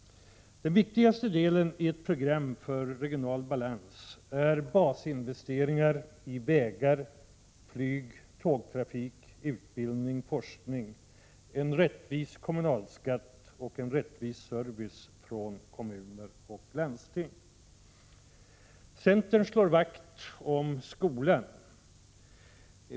Den viktigaste delen i ett program för regional balans är basinvesteringar i vägar, flyg, tågtrafik, utbildning och forskning, en rättvis kommunalskatt och en rättvis service från kommuner och landsting. Centern slår vakt om skolan.